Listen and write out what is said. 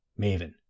Maven